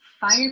fire